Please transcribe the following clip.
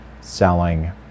selling